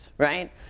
Right